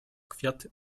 kwiaty